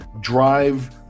drive